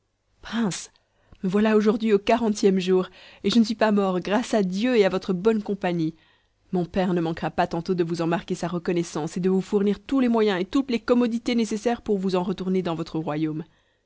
prince me voilà aujourd'hui au quarantième jour et je ne suis pas mort grâces à dieu et à votre bonne compagnie mon père ne manquera pas tantôt de vous en marquer sa reconnaissance et de vous fournir tous les moyens et toutes les commodités nécessaires pour vous en retourner dans votre royaume